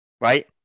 Right